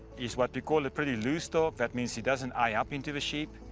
he's what we call a pretty loose dog, that means he doesn't eye up into the sheep,